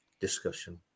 discussion